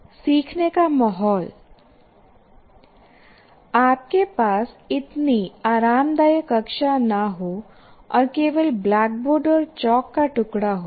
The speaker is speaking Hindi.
सीखने का माहौल आपके पास इतनी आरामदायक कक्षा ना हो और केवल ब्लैकबोर्ड और चाक का टुकड़ा हो